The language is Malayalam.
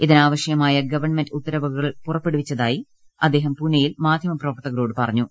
ഇതിനാവ്ൾ്യമായ ്ഗവൺമെന്റ് ഉത്തരവുകൾ പുറപ്പെടുവിച്ചതായി ആദ്ദേഹം പൂനൈയിൽ മാധ്യമപ്രവർത്തകരോട് പറഞ്ഞു